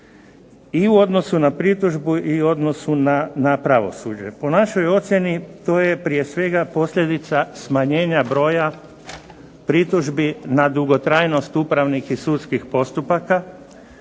i u odnosu na pritužbu i u odnosu na pravosuđe. Po našoj ocjeni to je prije svega posljedica smanjenja broja pritužbi na dugotrajnost upravnih i sudskih postupaka.